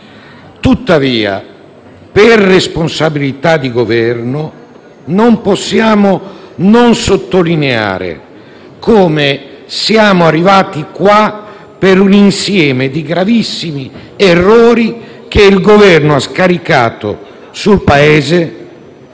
senso di responsabilità, non possiamo non sottolineare come siamo arrivati qua per un insieme di gravissimi errori che il Governo ha scaricato sul Paese